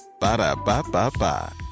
Ba-da-ba-ba-ba